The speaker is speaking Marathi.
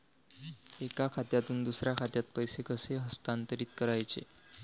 एका खात्यातून दुसऱ्या खात्यात पैसे कसे हस्तांतरित करायचे